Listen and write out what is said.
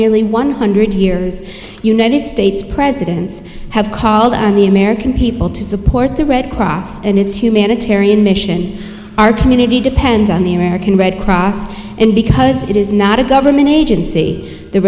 nearly one hundred years united states presidents have the american people to support the red cross and its humanitarian mission our community depends on the american red cross and because it is not a government agency the